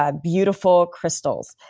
ah beautiful crystals.